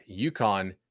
UConn